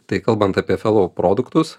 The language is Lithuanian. tai kalbant apie fellow produktus